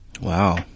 Wow